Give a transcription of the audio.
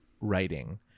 writing